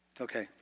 Okay